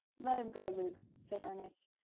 let him go, luke, said ernest,